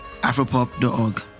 Afropop.org